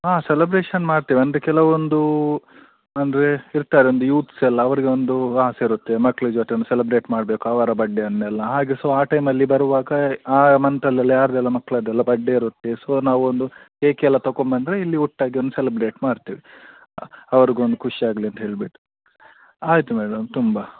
ಹಾಂ ಸೆಲೆಬ್ರೆಶನ್ ಮಾಡ್ತೇವೆ ಅಂದರೆ ಕೆಲವೊಂದು ಅಂದರೆ ಇರ್ತಾರೆ ಒಂದು ಯೂತ್ಸ್ ಎಲ್ಲ ಅವ್ರಿಗೊಂದು ಆಸೆ ಇರುತ್ತೆ ಮಕ್ಕಳ ಜೊತೆ ಒಂದು ಸೆಲಬ್ರೆಟ್ ಮಾಡ್ಬೇಕು ಅವರ ಬಡ್ಡೆಯನೆಲ್ಲ ಹಾಗೆ ಸೊ ಆ ಟೈಮಲ್ಲಿ ಬರುವಾಗ ಆ ಮಂತಲೆಲ್ಲ ಯಾರದ್ದೆಲ್ಲ ಮಕ್ಳದೆಲ್ಲ ಬಡ್ಡೆ ಇರುತ್ತೆ ಸೊ ನಾವೊಂದು ಕೇಕೆಲ್ಲ ತೊಗೊಂಬಂದ್ರೆ ಇಲ್ಲಿ ಒಟ್ಟಾಗಿ ಒಂದು ಸೆಲೆಬ್ರೇಟ್ ಮಾಡ್ತೇವೆ ಅವ್ರಿಗೊಂದು ಖುಷಿಯಾಗ್ಲಿ ಅಂತಹೇಳ್ಬಿಟ್ಟು ಆಯ್ತು ಮೇಡಮ್ ತುಂಬ